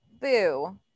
Boo